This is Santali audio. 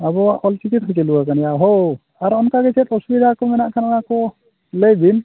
ᱟᱵᱚᱣᱟᱜ ᱚᱞ ᱪᱤᱠᱤ ᱛᱮᱜᱮ ᱪᱟᱹᱞᱩ ᱟᱠᱟᱱᱟ ᱦᱳᱭ ᱟᱨ ᱚᱱᱠᱟᱜᱮ ᱪᱮᱫ ᱚᱥᱩᱵᱤᱫᱟ ᱠᱚ ᱢᱮᱱᱟᱜ ᱠᱷᱟᱱ ᱚᱱᱟ ᱠᱚ ᱞᱟᱹᱭ ᱵᱤᱱ